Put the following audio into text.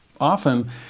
Often